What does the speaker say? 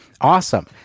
awesome